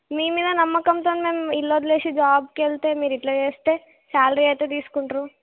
ని మీద నమ్మకంతో మేము ఇల్లొదిలేసి జాబ్కి వెళ్తే మీరు ఇలా చేస్తే శాలరీ అయితే తీసుకుంటారు